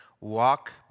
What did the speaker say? Walk